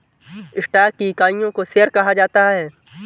stock की इकाइयों को शेयर कहा जाता है